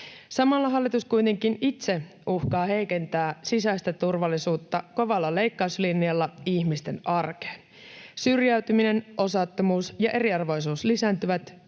Samalla hallitus kuitenkin itse uhkaa heikentää sisäistä turvallisuutta kovalla leikkauslinjalla ihmisten arkeen. Syrjäytyminen, osattomuus ja eriarvoisuus lisääntyvät,